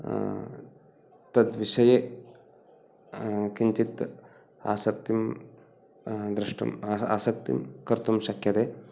तत् विषये किञ्चित् आसक्तिं द्रष्टुं आसक्तिं कर्तुं शक्यते